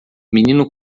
menino